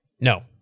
No